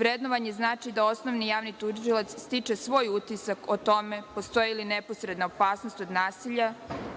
Vrednovanje znači da osnovni javni tužilac stiče svoj utisak o tome postoji li neposredna opasnost od nasilja,